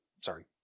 sorry